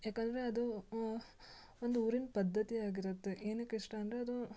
ಯಾಕಂದರೆ ಅದು ಒಂದು ಊರಿನ ಪದ್ಧತಿ ಆಗಿರುತ್ತೆ ಏನಕ್ಕೆ ಇಷ್ಟ ಅಂದರೆ ಅದು